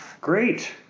Great